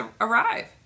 arrive